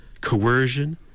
coercion